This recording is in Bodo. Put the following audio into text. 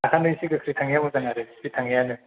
ओंखायनो एसे गोख्रै थांनाया मोजां आरो स्पिड थांनायानो